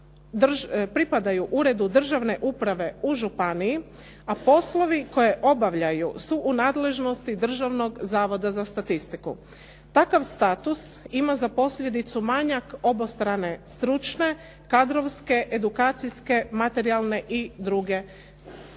pripadaju uredu državne uprave u županiji, a poslovi koje obavljaju su u nadležnosti Državnog zavoda za statistiku. Takav status ima za posljedicu manjak obostrane stručne, kadrovske, edukacijske, materijalne i druge potpore.